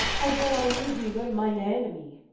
although i knew he were mine enemy?